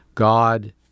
god